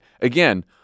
again